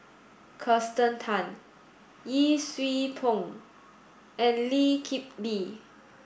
Kirsten Tan Yee Siew Pun and Lee Kip Lee